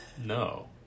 no